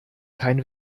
kein